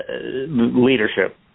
leadership